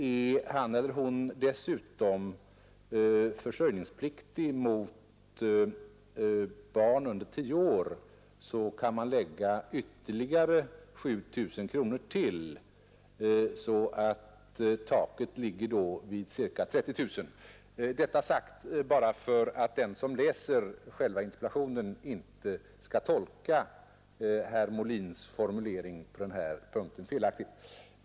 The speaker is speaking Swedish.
Är han eller hon dessutom försörjningspliktig mot barn under tio år, kan man lägga till ytterligare 7 000 kronor, och taket ligger då vid ca 30 000 kronor. Detta sagt bara för att den som läser själva interpellationen inte skall tolka herr Molins formulering på den här punkten felaktigt.